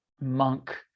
monk